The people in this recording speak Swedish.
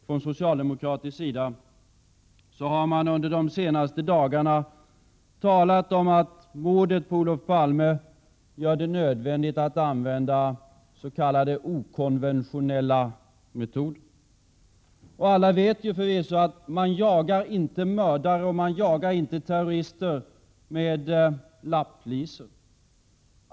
Från socialdemokratisk sida har man under de senaste dagarna talat om att mordet på Olof Palme gör det nödvändigt att använda s.k. okonventionella metoder. Alla vet förvisso att man inte jagar mördare eller terrorister med lapplisor.